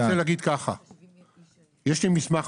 הוא ברשות דיבור ולכן אי אפשר להגיד סתם.